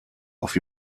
auf